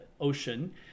ocean